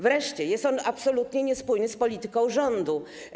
Wreszcie, jest on absolutnie niespójny z polityką rządu.